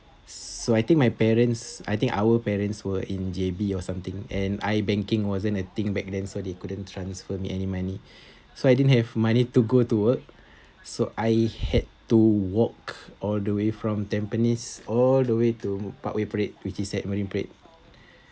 so I think my parents I think our parents were in J_B or something and I banking wasn't a thing back then so they couldn't transfer me any money so I didn't have money to go to work so I had to walk all the way from tampines all the way to parkway parade which is at marine parade